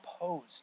opposed